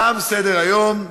תם סדר-היום.